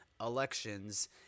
elections